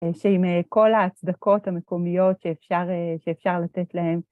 שעם כל ההצדקות המקומיות שאפשר לתת להם.